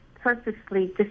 purposely